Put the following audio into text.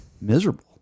Miserable